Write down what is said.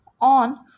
on